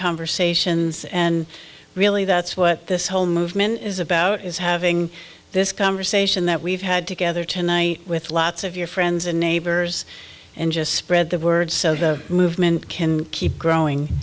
conversations and really that's what this whole movement is about is having this conversation that we've had together tonight with lots of your friends and neighbors and just spread the word so the movement can keep growing